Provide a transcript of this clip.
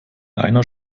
einer